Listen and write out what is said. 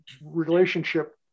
relationship